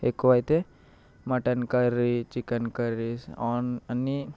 ఎక్కువైతే mutton curry chicken curry ఆన్ అన్ని